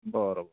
बरं ब